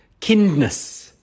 kindness